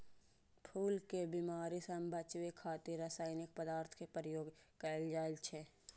फूल कें बीमारी सं बचाबै खातिर रासायनिक पदार्थक प्रयोग कैल जाइ छै